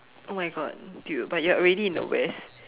oh my god dude but you're already in the West